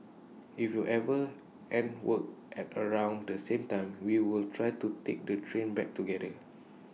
if we ever end work at around the same time we will try to take the train back together